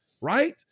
right